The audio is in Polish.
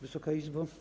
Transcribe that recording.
Wysoka Izbo!